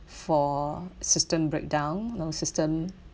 for system breakdown you know system